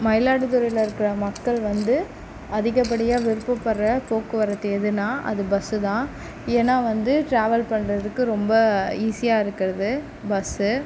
மயிலாடுதுறையில் இருக்கிற மக்கள் வந்து அதிகப்படியாக விருப்பப்படுற போக்குவரத்து எதுனால் அது பஸ்ஸு தான் ஏன்னா வந்து ட்ராவல் பண்ணுறதுக்கு ரொம்ப ஈஸியாக இருக்கிறது பஸ்ஸு